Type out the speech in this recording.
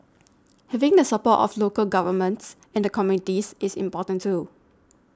having the support of local governments and the communities is important too